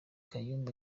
kayumba